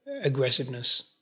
aggressiveness